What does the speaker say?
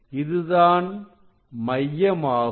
இதுதான் மையமாகும்